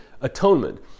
atonement